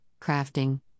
crafting